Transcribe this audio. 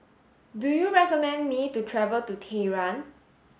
do you recommend me to travel to Tehran